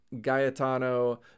Gaetano